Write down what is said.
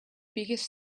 biggest